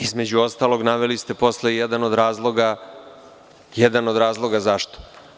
Između ostalog, naveli ste posle i jedan od razloga zašto.